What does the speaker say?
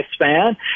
lifespan